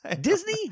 Disney